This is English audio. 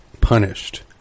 punished